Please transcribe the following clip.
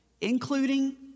including